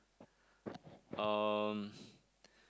um